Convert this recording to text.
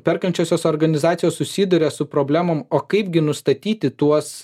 perkančiosios organizacijos susiduria su problemom o kaipgi nustatyti tuos